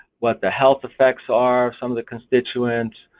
what the health effects are some of the constituents,